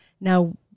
Now